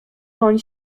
woń